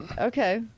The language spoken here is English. Okay